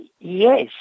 Yes